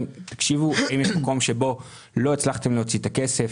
שהנה מקום שבו לא הצלחתם להוציא את הכסף,